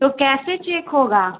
تو کیسے چیک ہوگا